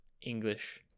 English